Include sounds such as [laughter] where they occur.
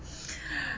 [laughs]